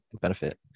benefit